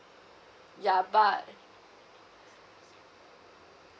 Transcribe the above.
ya but